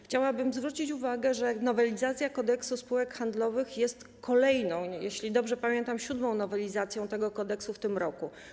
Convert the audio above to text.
Chciałabym zwrócić uwagę, że nowelizacja Kodeksu spółek handlowych jest kolejną, bo jeśli dobrze pamiętam, siódmą nowelizacją tego kodeksu w tym roku.